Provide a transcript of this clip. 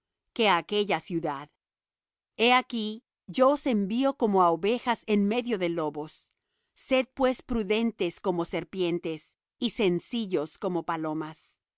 que á aquella ciudad he aquí yo os envío como á ovejas en medio de lobos sed pues prudentes como serpientes y sencillos como palomas